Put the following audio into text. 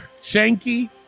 Shanky